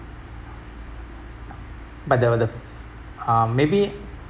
but the the um maybe